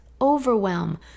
overwhelm